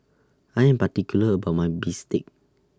I Am particular about My Bistake